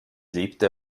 lebte